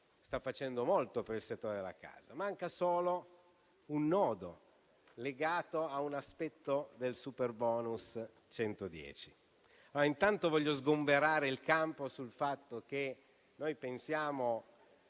stanno facendo molto per il settore della casa: manca solo un nodo, legato a un aspetto del superbonus al 110 per cento. Intanto, voglio sgomberare il campo dal fatto che pensiamo